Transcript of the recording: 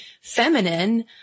feminine